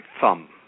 Thumb